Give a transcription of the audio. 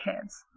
kids